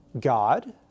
God